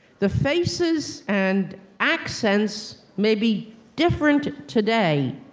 the faces and accents may be different today,